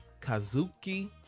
Kazuki